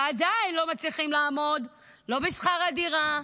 ועדיין לא מצליחים לעמוד לא בשכר הדירה,